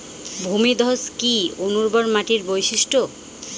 ভূমিধস কি অনুর্বর মাটির বৈশিষ্ট্য?